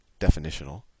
definitional